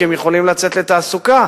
כי הם יכולים לצאת לתעסוקה.